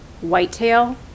whitetail